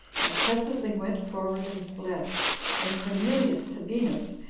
and presently went forward and fled when cornelius sabinus,